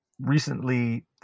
recently